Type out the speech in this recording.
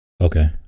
Okay